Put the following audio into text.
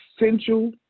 essential